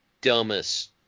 dumbest